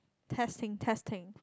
testing testing